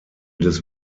des